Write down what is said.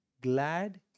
glad